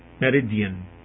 meridian